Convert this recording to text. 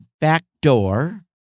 backdoor